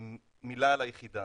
מילה על היחידה.